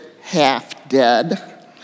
half-dead